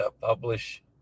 publish